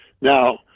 Now